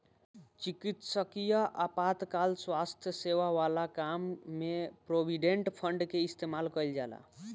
चिकित्सकीय आपातकाल स्वास्थ्य सेवा वाला काम में प्रोविडेंट फंड के इस्तेमाल कईल जाला